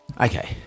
Okay